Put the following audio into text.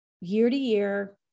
year-to-year